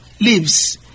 leaves